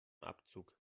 abzug